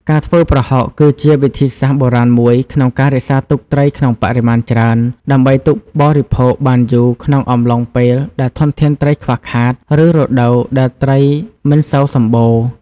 ការធ្វើប្រហុកគឺជាវិធីសាស្រ្តបុរាណមួយក្នុងការរក្សាទុកត្រីក្នុងបរិមាណច្រើន ដើម្បីទុកបរិភោគបានយូរក្នុងអំឡុងពេលដែលធនធានត្រីខ្វះខាត ឬរដូវដែលត្រីមិនសូវសម្បូរ។